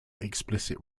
explicit